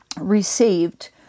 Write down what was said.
received